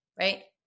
right